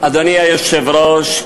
אדוני היושב-ראש,